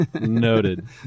Noted